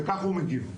וכך הוא מגיב.